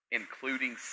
including